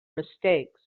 mistakes